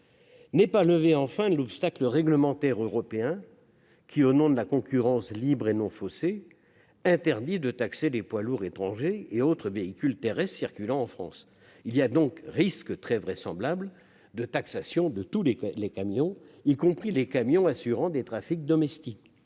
N'est pas levé enfin l'obstacle réglementaire européen qui, au nom de la concurrence « libre et non faussée », interdit de taxer les poids lourds étrangers et autres véhicules terrestres circulant en France. Il y a donc un risque très vraisemblable de taxation de tous camions, y compris de ceux qui assurent des trafics domestiques.